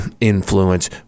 influence